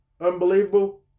unbelievable